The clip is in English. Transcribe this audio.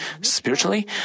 Spiritually